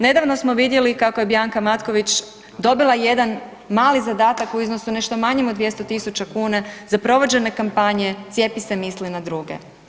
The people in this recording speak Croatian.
Nedavno smo vidjeli kako je Bianca Matković dobila jedan mali zadatak u iznosu nešto manjem od 200 tisuća kuna za provođenje kampanje Cijepi se, misli na druge.